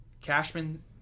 Cashman